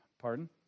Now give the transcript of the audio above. Pardon